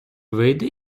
вийде